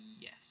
Yes